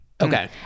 Okay